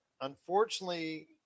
unfortunately